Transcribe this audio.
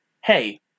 Hey